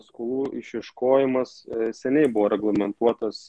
skolų išieškojimas seniai buvo reglamentuotas